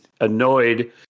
annoyed